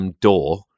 door